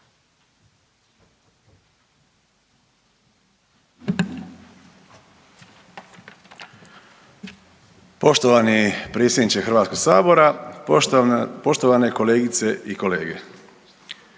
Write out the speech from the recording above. poštovani potpredsjedniče Hrvatskog sabora. Poštovane kolegice i kolege,